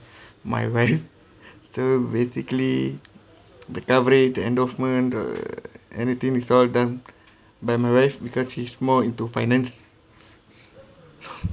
my wife so basically the coverage the endorsement uh anything is all done by my wife because she's more into finance